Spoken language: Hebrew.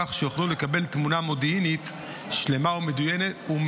כך שיוכלו לקבל תמונה מודיעינית שלמה ומדויקת